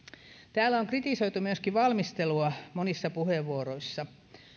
täällä on kritisoitu myöskin valmistelua monissa puheenvuoroissa